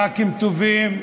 ח"כים טובים,